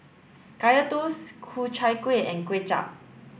Kaya Toast Ku Chai Kueh and Kway Chap